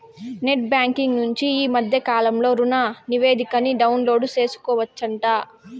net banking నుంచి ఈ మద్దె కాలంలో రుణనివేదికని డౌన్లోడు సేసుకోవచ్చంట